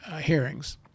hearings